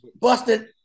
busted